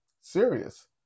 serious